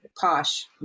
posh